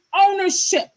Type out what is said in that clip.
ownership